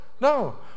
No